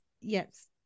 Yes